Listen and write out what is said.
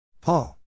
Paul